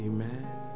Amen